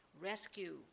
Rescue